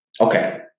okay